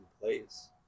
place